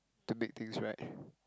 to make things right